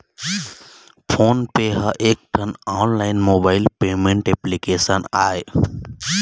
phone पे ह एकठन online mobile payment application आय